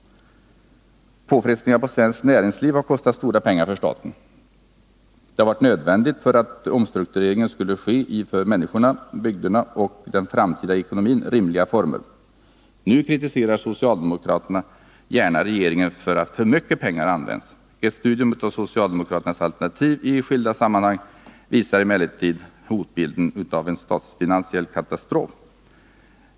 Påfrestningarna på svenskt näringsliv har kostat stora pengar för staten. Det har varit nödvändigt för att omstruktureringen skulle ske i för människorna, bygderna och den framtida ekonomin rimliga former. Nu kritiserar socialdemokraterna gärna regeringen för att för mycket pengar använts. Ett studium av socialdemokraternas alternativ i skilda sammanhang visar emellertid hotbilden av en statsfinansiell katastrof.